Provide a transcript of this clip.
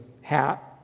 hat